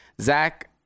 Zach